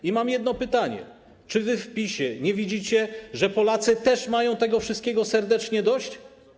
I mam jedno pytanie: Czy wy w PiS-ie nie widzicie, że Polacy też mają tego wszystkiego serdecznie dość?